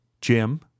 Jim